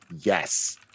yes